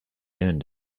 earned